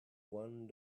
one